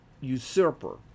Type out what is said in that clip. usurper